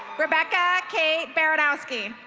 rebecca kate barrettowski